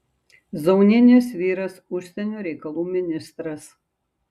zaunienės vyras užsienio reikalų ministras